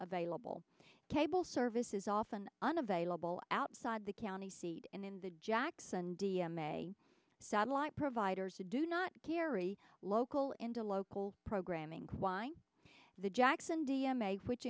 available cable service is often unavailable outside the county seat and in the jackson d m a satellite providers a do not carry local into local programming quine the jackson d m a which